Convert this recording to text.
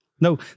No